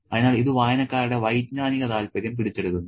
അതിനാൽ ഇത് വായനക്കാരുടെ വൈജ്ഞാനിക താൽപ്പര്യം പിടിച്ചെടുക്കുന്നു